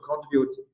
contribute